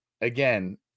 again